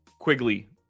Quigley